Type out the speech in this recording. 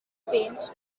paint